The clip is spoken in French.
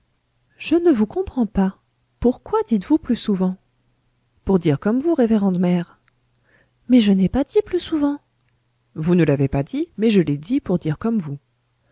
je ne vous comprends pas pourquoi dites-vous plus souvent pour dire comme vous révérende mère mais je n'ai pas dit plus souvent vous ne l'avez pas dit mais je l'ai dit pour dire comme vous